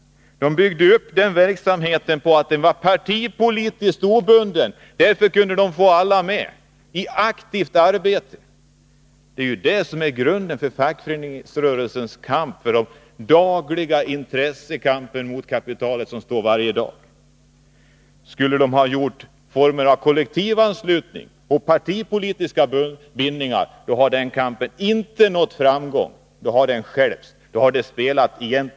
De byggde upp sin verksamhet på partipolitisk obundenhet, och därför kunde de få alla med i aktivt arbete. Det är det som är grunden för fackföreningarnas kamp, för den dagliga intressekampen mot kapitalet. Skulle de ha haft kollektivanslutning och partipolitiska bindningar hade de inte nått framgång med sin kamp. Då hade de blivit stjälpta.